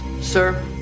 Sir